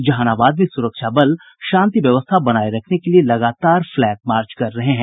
जहानाबाद में सुरक्षा बल शांति व्यवस्था बनाये रखने के लिये लगातार फ्लैग मार्च कर रहे हैं